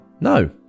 no